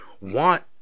want